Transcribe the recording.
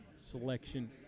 selection